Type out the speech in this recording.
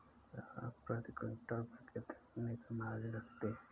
आप प्रति क्विंटल पर कितने का मार्जिन रखते हैं?